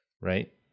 right